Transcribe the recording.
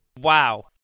Wow